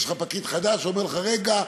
יש פקיד חדש שאומר לך: רגע,